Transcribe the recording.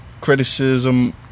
criticism